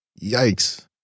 Yikes